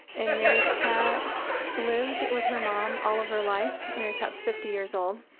and mary pat lived with her mom all of her life. mary pat's fifty years old.